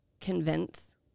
convince